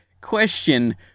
question